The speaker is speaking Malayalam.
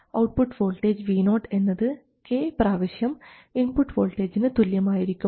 ഔട്ട്പുട്ട് വോൾട്ടേജ് Vo എന്നത് k പ്രാവശ്യം ഇൻപുട്ട് വോൾട്ടേജിന് തുല്യമായിരിക്കണം